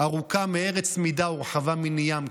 "ארכה מארץ מדה ורחבה מני ים",